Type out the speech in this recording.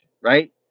right